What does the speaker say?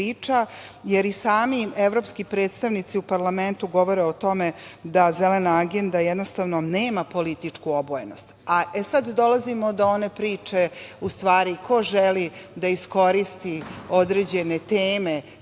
jer i sami evropski predstavnici u parlamentu govore o tome da „Zelena agenda“ jednostavno nema političku obojenost. Sada dolazimo do one priče ko želi da iskoristi određene teme